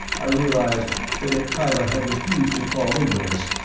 i realized that if kyla had refused to crawl in with us,